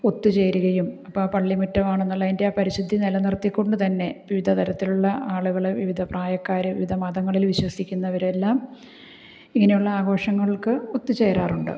ഒത്തുചേരുകയും അപ്പോൾ ആ പള്ളിമുറ്റമാണെന്നുള്ളതിന്റെആ പരിശുദ്ധി നില നിര്ത്തിക്കൊണ്ട് തന്നെ വിവിധ തരത്തിലുള്ള ആളുകൾ വിവിധ പ്രായക്കാർ വിവിധ മതങ്ങളിൽ വിശ്വസിക്കുന്നവരെല്ലാം ഇങ്ങനെയുള്ള ആഘോഷങ്ങള്ക്ക് ഒത്തു ചേരാറുണ്ട്